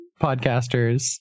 podcasters